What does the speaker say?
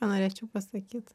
norėčiau pasakyt